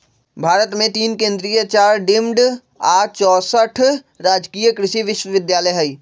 भारत मे तीन केन्द्रीय चार डिम्ड आ चौसठ राजकीय कृषि विश्वविद्यालय हई